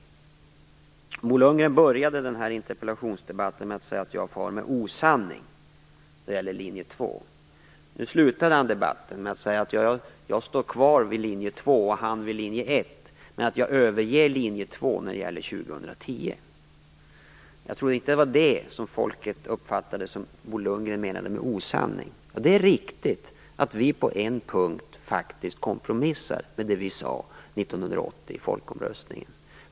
Bo Lundgren började den här interpellationsdebatten med att säga att jag far med osanning när det gäller linje 2. Nu slutade han debatten med att säga att jag står kvar vid linje 2 och han vid linje 1, men att jag överger linje 2 när det gäller år 2010. Jag tror inte att det var det som folket uppfattade som en osanning, som Bo Lundgren menade. Det är riktigt att vi på en punkt faktiskt kompromissar med det vi sade 1980 i folkomröstningen.